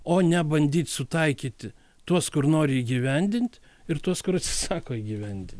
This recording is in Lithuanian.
o ne bandyt sutaikyti tuos kur nori įgyvendint ir tuos kur atsisako įgyvendin